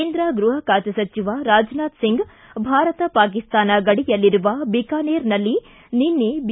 ಕೇಂದ್ರ ಗೃಹ ಖಾತೆ ಸಚಿವ ರಾಜ್ನಾಥ್ ಸಿಂಗ್ ಭಾರತ ಪಾಕಿಸ್ತಾನ ಗಡಿಯಲ್ಲಿರುವ ಬಿಕಾನೇರ್ನಲ್ಲಿ ನಿನ್ನೆ ಬಿ